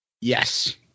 Yes